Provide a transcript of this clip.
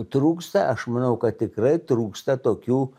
trūksta aš manau kad tikrai trūksta tokių